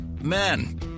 Men